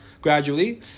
Gradually